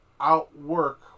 outwork